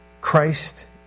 Christ